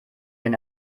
wenn